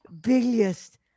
Biggest